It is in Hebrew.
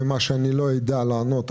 מה שאני לא אדע לענות,